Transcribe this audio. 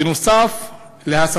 נוסף על כך,